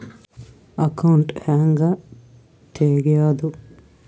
Account ಹ್ಯಾಂಗ ತೆಗ್ಯಾದು?